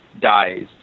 dies